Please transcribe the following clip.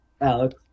Alex